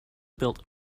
built